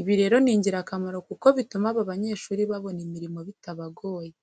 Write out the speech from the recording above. Ibi rero ni ingirakamaro kuko bituma aba banyeshuri baboba imirimo bitabagoye.